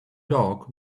dog